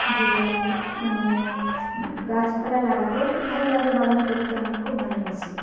যে মানে গাছপালা লাগাতেও খুব ভালো লাগে বাগান করতে আমি খুব ভালোবাসি